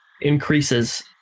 increases